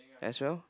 as well